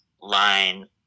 line